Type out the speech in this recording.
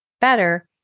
better